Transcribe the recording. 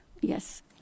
Yes